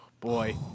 boy